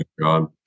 God